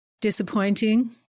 Disappointing